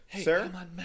Sir